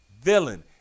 villain